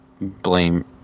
blame